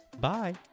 Bye